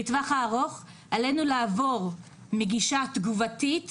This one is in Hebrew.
בטווח הארוך עלינו לעבור מגישה תגובתית